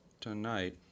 tonight